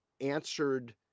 answered